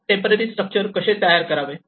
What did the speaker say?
temporary structure कसे तयार करावे